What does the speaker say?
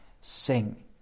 sing